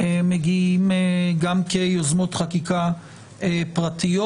מגיעים גם כיוזמות חקיקה פרטיות.